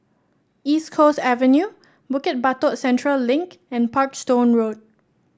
East Coast Avenue Bukit Batok Central Link and Parkstone Road